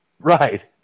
Right